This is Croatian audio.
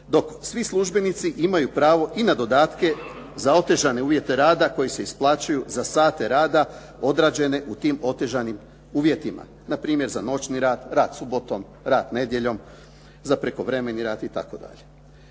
dok svi službenici imaju pravo i na dodatke za otežane uvjete rada koji se isplaćuju za sate rada odrađene u tim otežanim uvjetima. Na primjer za noćni rad, rad subotom, rad nedjeljom, za prekovremeni rad itd.